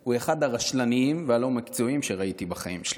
הוא אחד הרשלניים והלא-מקצועיים שראיתי בחיים שלי.